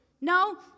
No